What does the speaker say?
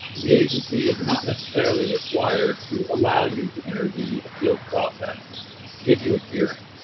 the agency is not necessarily required to allow you to enter the appeals process, to give you a hearing.